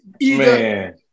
Man